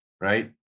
right